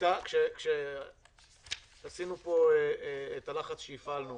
כשהפעלנו את הלחץ שהפעלנו,